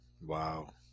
Wow